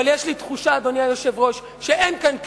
אבל יש לי תחושה, אדוני היושב-ראש, שאין כאן כנות,